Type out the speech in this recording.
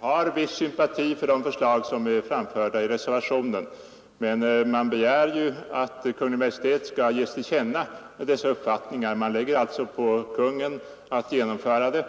Herr talman! Jag har viss sympati för de förslag som framförs i reservationen, men man begär att Kungl. Maj:t skall ges till känna dessa uppfattningar. Man lägger på Kungl. Maj:t att genomföra åtgärderna.